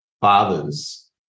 fathers